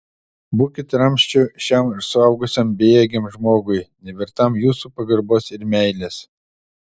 būkit ramsčiu šiam suaugusiam bejėgiam žmogui nevertam jūsų pagarbos ir meilės